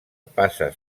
passa